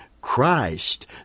Christ